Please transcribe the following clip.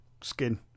skin